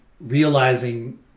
realizing